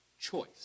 choice